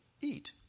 eat